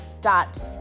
dot